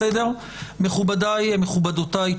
מכובדיי ומכובדותיי,